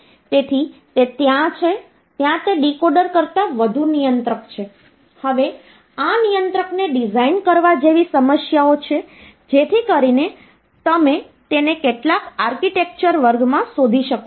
તેથી કમ્પ્યુટર સિસ્ટમમાં આ એક ખૂબ જ મહત્વપૂર્ણ સમસ્યા છે કારણ કે કમ્પ્યુટર્સમાં આપણે ઇંડીવિડ્યૂઅલ સંખ્યાઓને આર્બિટ્રરી લંબાઈ આપી શકતા નથી